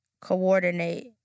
coordinate